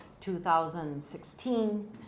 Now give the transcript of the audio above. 2016